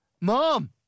Mom